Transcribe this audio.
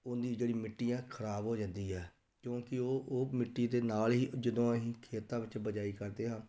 ਉਹਦੀ ਜਿਹੜੀ ਮਿੱਟੀ ਆ ਖਰਾਬ ਹੋ ਜਾਂਦੀ ਹੈ ਕਿਉਂਕਿ ਉਹ ਉਹ ਮਿੱਟੀ ਦੇ ਨਾਲ ਹੀ ਜਦੋਂ ਅਸੀਂ ਖੇਤਾਂ ਵਿੱਚ ਬਿਜਾਈ ਕਰਦੇ ਹਾਂ